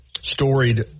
storied